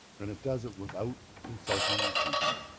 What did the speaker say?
and it does it without consulting the people.